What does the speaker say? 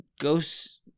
ghosts